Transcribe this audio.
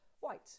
white